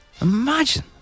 Imagine